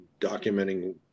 Documenting